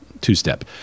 two-step